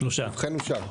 הצבעה בעד 4 נמנעים 3 אושר.